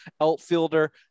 outfielder